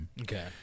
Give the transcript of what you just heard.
Okay